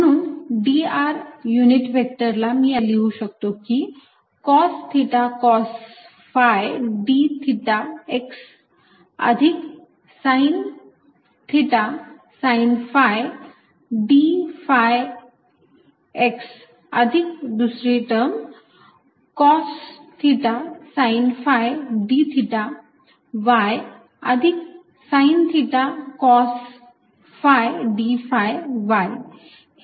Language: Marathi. म्हणून dr युनिट व्हेक्टरला मी असे लिहू शकतो की cos theta cos phi d theta x अधिक साईन थिटा वजा sine phi d phi x अधिक दुसरी term cos theta sine phi d theta y अधिक sine theta cos phi d phi y